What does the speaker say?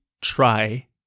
try